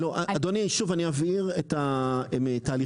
אדוני שוב אני אבהיר את התהליכים,